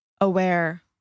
aware